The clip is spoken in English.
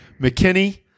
McKinney